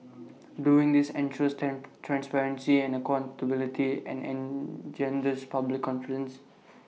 doing this ensures transparency and accountability and engenders public confidence